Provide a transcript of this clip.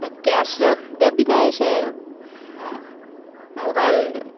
କ୍ୟାସ୍ରେ ଦେବି ନାଇଁ ସେ ମୋବାଇଲ୍